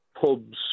pubs